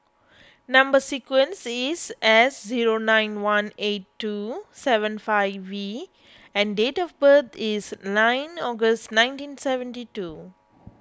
Number Sequence is S zero nine one eight two seven five V and date of birth is nine August nineteen seventy two